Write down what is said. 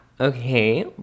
Okay